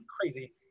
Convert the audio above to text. crazy